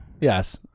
Yes